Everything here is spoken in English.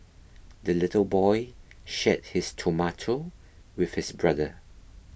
the little boy shared his tomato with his brother